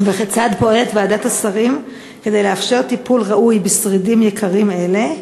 וכיצד פועלת ועדת השרים כדי לאפשר טיפול ראוי בשרידים יקרים אלו?